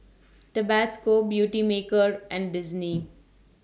Tabasco Beautymaker and Disney